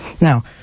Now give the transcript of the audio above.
now